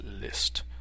list